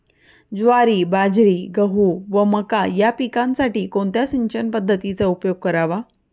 ज्वारी, बाजरी, गहू व मका या पिकांसाठी कोणत्या सिंचन पद्धतीचा उपयोग करावा?